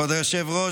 כבוד היושב-ראש,